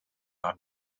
haar